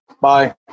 bye